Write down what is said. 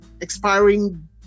expiring